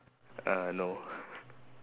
uh no